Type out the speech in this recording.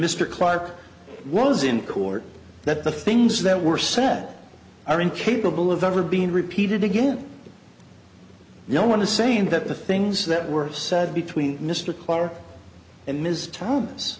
mr clark was in court that the things that were sent are incapable of ever being repeated again you don't want to saying that the things that were said between mr clarke and ms thomas